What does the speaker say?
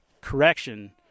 correction